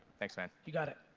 thanks thanks you got it.